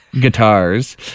guitars